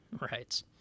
Right